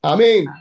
Amen